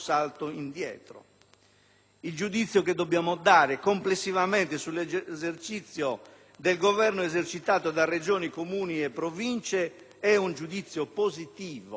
Il giudizio che dobbiamo dare complessivamente sull'esercizio del governo esercitato da Regioni, Comuni e Province è nell'insieme